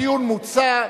הדיון מוצה.